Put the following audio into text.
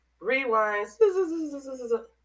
Rewinds